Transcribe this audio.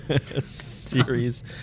series